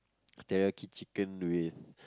teriyaki chicken with